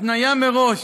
התניה מראש